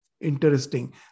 interesting